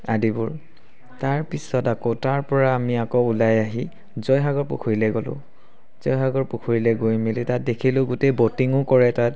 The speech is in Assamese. আদিবোৰ তাৰপিছত আকৌ তাৰ পৰা আমি আকৌ ওলাই আহি জয়সাগৰ পুখুৰীলৈ গলোঁ জয়সাগৰ পুখুৰীলে গৈ মেলি তাত দেখিলোঁ গোটেই ব'টিঙো কৰে তাত